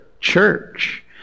Church